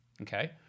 okay